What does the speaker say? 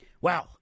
Wow